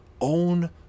own